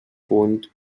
punt